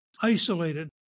isolated